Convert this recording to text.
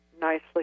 nicely